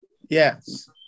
Yes